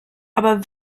aber